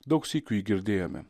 daug sykių jį girdėjome